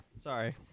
sorry